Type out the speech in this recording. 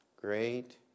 Great